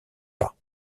pas